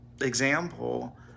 example